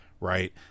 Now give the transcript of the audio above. right